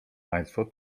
państwo